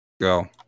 Go